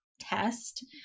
test